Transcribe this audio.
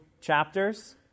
chapters